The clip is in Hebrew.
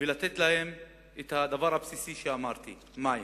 ולתת להם את הדבר הבסיסי שאמרתי, מים.